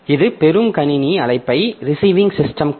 இது பெறும் கணினி அழைப்பை இயக்கும்